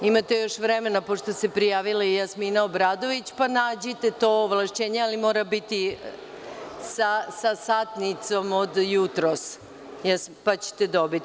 Imate još vremena, pošto se prijavila i Jasmina Obradović, pa nađite to ovlašćenje, ali mora biti sa satnicom od jutros, pa ćete dobiti.